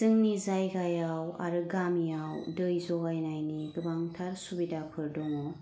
जोंनि जायगायाव आरो गामियाव दै जगाय नायनि गोबांथार सुबिदाफोर दङ